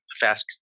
fast